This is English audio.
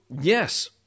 yes